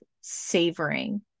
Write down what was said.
savoring